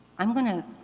i'm going to